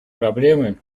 проблемы